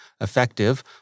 effective